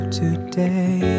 today